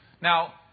now